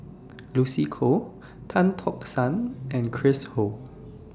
Lucy Koh Tan Tock San and Chris Ho